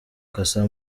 cassa